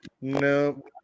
No